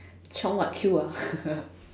chiong what queue ah